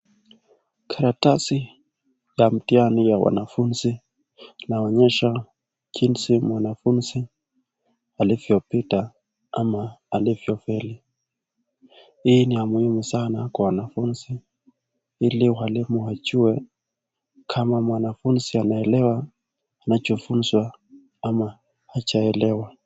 Karatasi la mtihani ya wanafunzi inaonyesha jinsi mwanafunzi alivyo pita ama alivyo faili. Hii ni ya muhimu sana kwa wanafunzi Ili walimu wajue kama mwanafunzi anaelewa anachofunzwa ama hajaelewa.